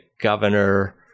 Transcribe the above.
Governor